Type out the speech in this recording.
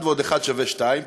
אחד ועוד אחד שווה שניים,